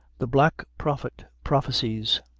the black prophet prophesies.